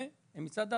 ומצד האדם,